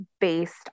Based